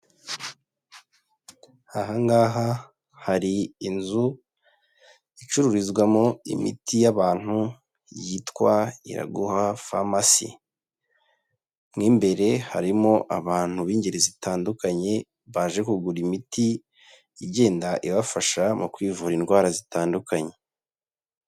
Aha ngaha hari inzu icururizwamo imiti y'abantu, yitwa Iraguha Pharmacy, mo imbere harimo abantu b'ingeri zitandukanye baje kugura imiti igenda, ibafasha mu kwivura indwara zitandukanye.